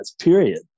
period